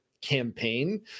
campaign